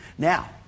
Now